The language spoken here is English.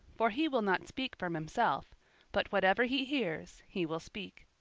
for he will not speak from himself but whatever he hears, he will speak.